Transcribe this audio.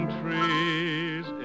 trees